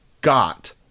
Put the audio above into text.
got